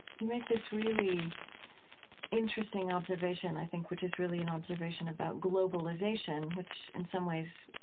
you make this really interesting observation, i think, which is really an observation about globalization which, in some ways,